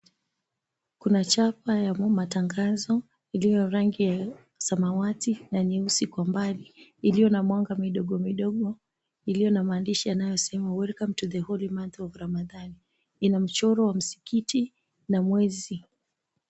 Kuna chapa yapo matangazo iliyo ya rangi ya samawati na nyeusi kwa mbali iliyo na mwanga midogo midogo iliyo na maandishi yanayosema, Welcome to The Holy Month Of Ramadhan, ina mchoro wa msikiti na mwezi.